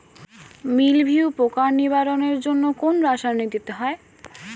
মিলভিউ পোকার নিবারণের জন্য কোন রাসায়নিক দিতে হয়?